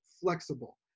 flexible